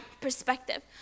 perspective